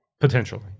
Potentially